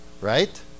right